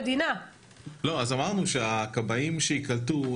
שנים 2020-2021 היו שנים של תקציב המשכי,